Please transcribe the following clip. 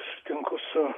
sutinku su